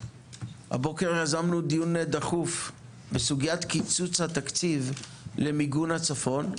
הבוקר יזמנו דיון דחוף בסוגיית קיצוץ התקציב למיגון הצפון.